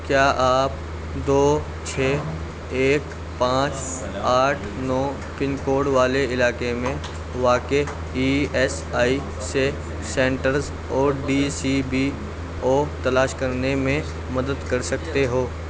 کیا آپ دو چھ ایک پانچ آٹھ نو پن کوڈ والے علاقے میں واقع ای ایس آئی سے سنٹرز اور ڈی سی بی او تلاش کرنے میں مدد کر سکتے ہو